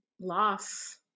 loss